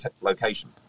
location